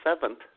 seventh